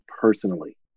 personally